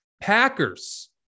Packers